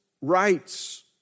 rights